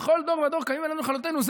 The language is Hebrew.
"בכל דור ודור קמים עלינו לכלותנו",